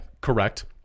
correct